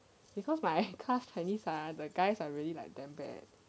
because my class chinese ah the guys are really like damn bad